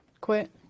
quit